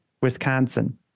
Wisconsin